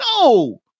No